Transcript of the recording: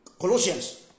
Colossians